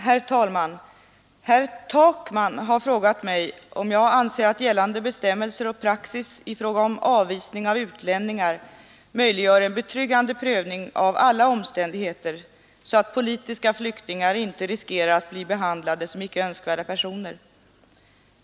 Herr talman! Herr Takman har frågat mig om jag anser att gällande bestämmelser och praxis i fråga om avvisning av utlänningar möjliggör en betryggande prövning av alla omständigheter så att politiska flyktingar inte riskerar att bli behandlade som icke önskvärda personer.